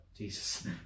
Jesus